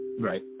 Right